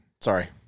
Sorry